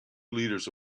liters